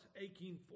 aching